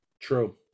true